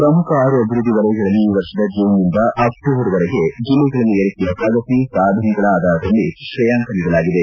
ಪ್ರಮುಖ ಆರು ಅಭಿವೃದ್ದಿ ವಲಯಗಳಲ್ಲಿ ಈ ವರ್ಷದ ಜೂನ್ನಿಂದ ಅಕ್ಲೋಬರ್ವರೆಗೆ ಜಿಲ್ಲೆಗಳಲ್ಲಿ ಏರಿಕೆಯ ಪ್ರಗತಿ ಸಾಧನೆ ಆಧಾರದಲ್ಲಿ ಶ್ರೇಯಾಂಕ ನೀಡಲಾಗಿದೆ